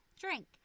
drink